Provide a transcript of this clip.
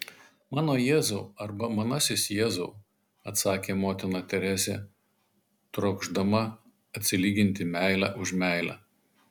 mano jėzau arba manasis jėzau atsakė motina teresė trokšdama atsilyginti meile už meilę